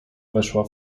weszła